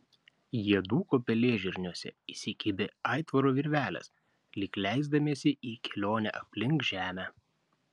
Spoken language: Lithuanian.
jie dūko pelėžirniuose įsikibę aitvaro virvelės lyg leisdamiesi į kelionę aplink žemę